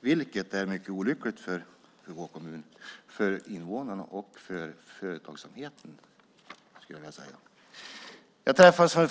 Det är mycket olyckligt för vår kommun, för invånarna och för företagsamheten där, skulle jag vilja säga.